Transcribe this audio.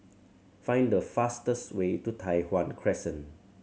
find the fastest way to Tai Hwan Crescent